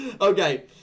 Okay